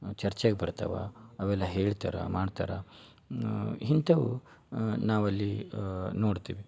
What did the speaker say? ಚರ್ಚೆಗೆ ಬರ್ತಾವ ಅವೆಲ್ಲ ಹೇಳ್ತಾರೆ ಮಾಡ್ತಾರೆ ಇಂಥವು ನಾವಲ್ಲಿ ನೋಡ್ತೀವಿ